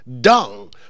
Dung